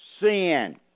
sin